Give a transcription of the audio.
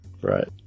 right